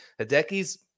Hideki's